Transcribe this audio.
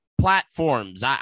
platforms